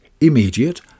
immediate